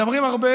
מדברים הרבה